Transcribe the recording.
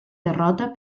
derrota